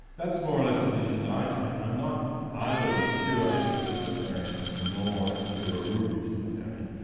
that's more or less the position that i take. i'm not either a pure act utilitarian nor a pure rule utilitarian.